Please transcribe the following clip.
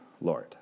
Lord